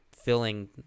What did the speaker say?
filling